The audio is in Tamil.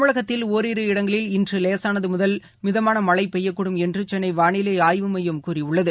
தமிழகத்தில் ஒரிரு இடங்களில் இன்று லேசானது முதல் மிதமான மழழ பெய்யக்கூடும் என்று சென்னை வானிலை ஆய்வுமையம் கூறியுள்ளது